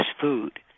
food